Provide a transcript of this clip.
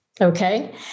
Okay